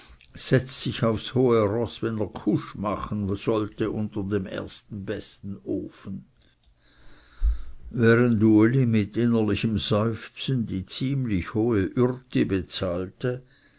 setzt sich aufs hohe roß wenn er kusch machen sollte unter den ersten besten ofen während uli mit innerlichen seufzern die ziemlich hohe ürte bezahlte